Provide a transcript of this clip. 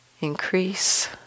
increase